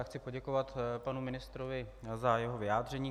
Chci poděkovat panu ministrovi za jeho vyjádření.